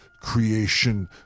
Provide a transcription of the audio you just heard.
creation